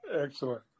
excellent